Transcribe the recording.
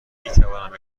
میتوانم